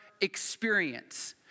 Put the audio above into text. experience